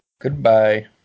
Goodbye